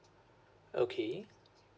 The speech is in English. okay